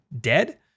dead